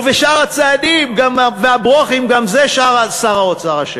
ובשאר הצעדים וה"ברוֹכים" גם בזה שר האוצר אשם.